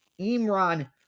Imran